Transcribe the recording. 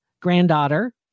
granddaughter